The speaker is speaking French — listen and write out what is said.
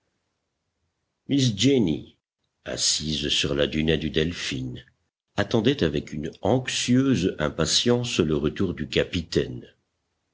jenny assise sur la dunette du delphin attendait avec une anxieuse impatience le retour du capitaine